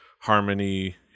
harmony